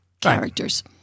characters